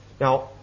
Now